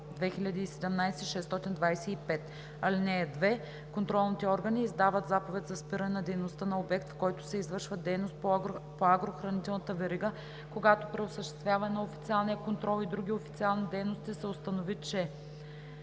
(2) Контролните органи издават заповед за спиране на дейността на обект, в който се извършва дейност по агрохранителната верига, когато при осъществяване на официалния контрол и други официални дейности се установи, че: